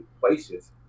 places